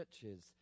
churches